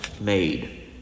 made